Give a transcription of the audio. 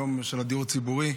יום של הדיור הציבורי.